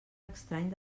estrany